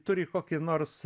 turi kokį nors